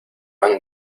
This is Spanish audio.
han